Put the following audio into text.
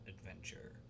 adventure